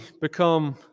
become